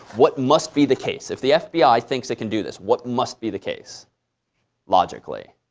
what must be the case? if the fbi thinks it can do this, what must be the case logically?